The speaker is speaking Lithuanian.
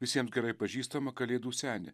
visiems gerai pažįstamą kalėdų senį